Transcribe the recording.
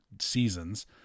seasons